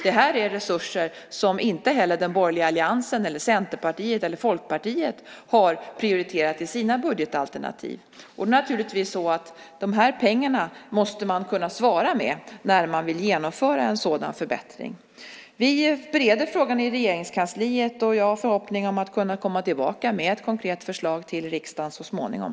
Det här är resurser som inte heller den borgerliga alliansen eller Centerpartiet eller Folkpartiet har prioriterat i sina budgetalternativ. Och de här pengarna måste man naturligtvis kunna svara med när man vill genomföra en sådan förbättring. Vi bereder frågan i Regeringskansliet, och jag har förhoppningen att kunna komma tillbaka med ett konkret förslag till riksdagen så småningom.